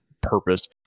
purpose